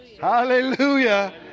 Hallelujah